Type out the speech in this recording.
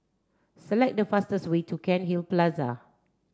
select the fastest way to Cairnhill Plaza